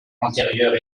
antérieure